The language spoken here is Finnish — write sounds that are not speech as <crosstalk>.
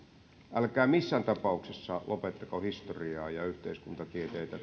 älkää missään tapauksessa lopettako historiaa ja yhteiskuntatieteitä <unintelligible>